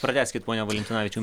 pratęskit pone valentinavičiau